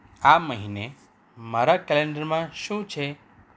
આ મહિને મારા કેલેન્ડરમાં શું છે